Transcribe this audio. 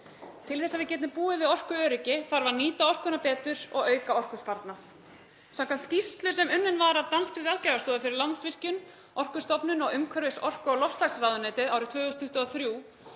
Til þess að við getum búið við orkuöryggi þarf að nýta orkuna betur og auka orkusparnað. Samkvæmt skýrslu sem unnin var af danskri ráðgjafarstofu fyrir Landsvirkjun, Orkustofnun og umhverfis-, orku- og loftslagsráðuneytið árið 2023,